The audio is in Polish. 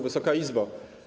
Wysoka Izbo!